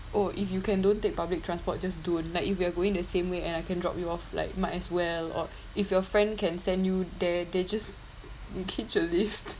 oh if you can don't take public transport just don't like if you're going the same way and I can drop you off like might as well or if your friend can send you there then just catch a lift